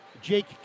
Jake